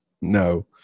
No